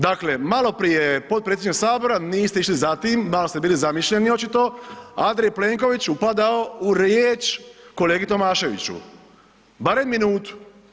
Dakle, maloprije je potpredsjednik sabora, niste išli za tim, malo ste bili zamišljeni očito, Andrej Plenković upadao u riječ kolegi Tomaševiću, barem minutu.